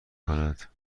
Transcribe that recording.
کند